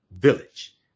Village